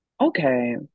okay